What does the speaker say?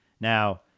now